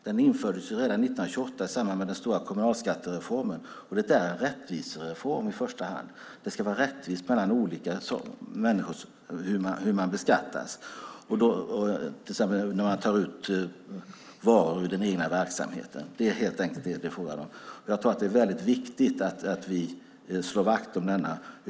Den infördes redan 1928 i samband med den stora kommunalskattereformen, och det är i första hand en rättvisereform. Beskattningen av olika människor ska vara rättvis. Det gäller till exempel när man tar ut varor ur den egna verksamheten. Det är helt enkelt vad det handlar om. Det är viktigt att vi slår vakt om uttagsbeskattningen.